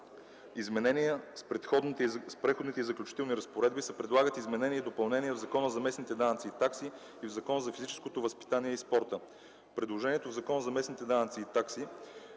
изменения, с Преходните и заключителни разпоредби се предлагат изменения и допълнения в Закона за местните данъци и такси и в Закона за физическото възпитание и спорта. Предложеното в Закона за местните данъци и такси